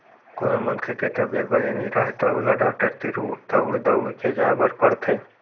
कोनो मनखे के तबीयत बने नइ राहय त ओला डॉक्टर तीर दउड़ दउड़ के जाय बर पड़थे